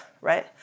right